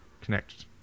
connect